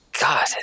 God